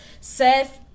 Seth